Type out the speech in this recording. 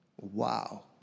Wow